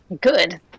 Good